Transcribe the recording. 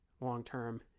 long-term